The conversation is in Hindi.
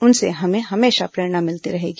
उनसे हमें हमेशा प्रेरणा मिलती है